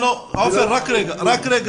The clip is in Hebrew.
עופר, רק רגע.